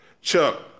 Chuck